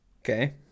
Okay